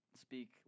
speak